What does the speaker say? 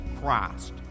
Christ